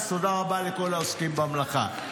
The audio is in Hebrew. אז תודה רבה לכל העוסקים במלאכה.